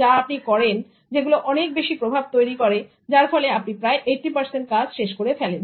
কাজ আপনি করেন যেগুলো অনেক বেশি প্রভাব তৈরি করে যার ফলে আপনি প্রায় 80 কাজ শেষ করে ফেলেছেন